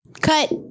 Cut